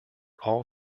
all